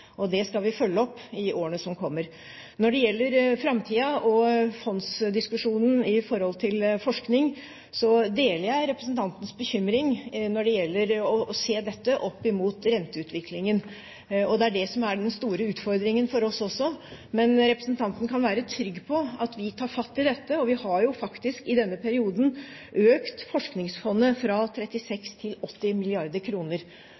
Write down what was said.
til. Det skal vi følge opp i årene som kommer. Når det gjelder framtida og fondsdiskusjonen i forhold til forskning, deler jeg representantens bekymring når det gjelder å se dette opp mot renteutviklingen. Det er det som er den store utfordringen for oss også. Men representanten kan være trygg på at vi tar fatt i dette. Vi har jo faktisk i denne perioden økt Forskningsfondet fra